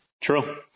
True